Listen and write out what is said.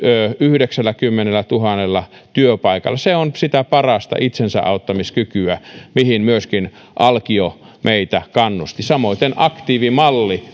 yhdeksälläkymmenellätuhannella työpaikalla se on sitä parasta itsensäauttamiskykyä mihin myöskin alkio meitä kannusti samoiten aktiivimalli